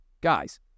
Guys